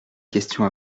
questions